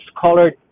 colored